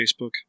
Facebook